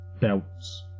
belts